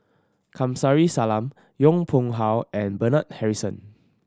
Kamsari Salam Yong Pung How and Bernard Harrison